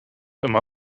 immer